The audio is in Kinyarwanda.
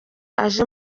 aje